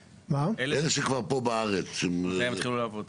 אלה שכבר פה בארץ --- מתי הן יתחילו לעבוד?